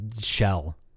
shell